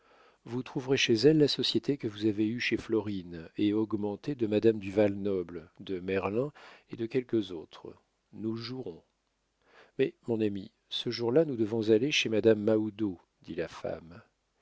vous trouverez chez elle la société que vous avez eue chez florine et augmentée de madame du val-noble de merlin et de quelques autres nous jouerons mais mon ami ce jour-là nous devons aller chez madame mahoudeau dit la femme